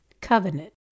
Covenant